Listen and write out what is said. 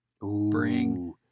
Bring